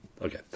Okay